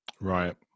right